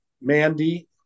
Mandy